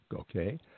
Okay